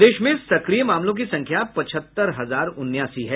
प्रदेश में सक्रिय मामलों की संख्या पचहत्तर हजार उनासी है